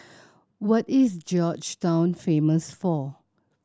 what is Georgetown famous for